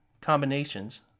combinations